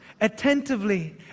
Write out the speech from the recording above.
attentively